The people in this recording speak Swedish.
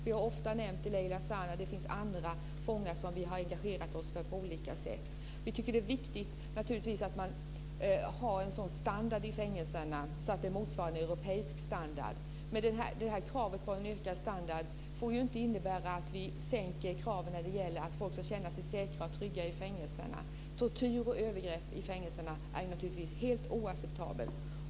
Vi har ofta nämnt Leyla Zana. Det finns andra fångar som vi har engagerat oss för på olika sätt. Vi tycker att det är viktigt att ha en sådan standard att det motsvarar europeisk standard. Men kravet på en ökad standard får inte innebära att vi sänker kraven när det gäller att folk ska känna sig säkra och trygga i fängelserna. Tortyr och övergrepp i fängelserna är naturligtvis helt oacceptabelt.